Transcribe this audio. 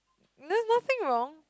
there's nothing wrong